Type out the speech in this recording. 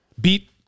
beat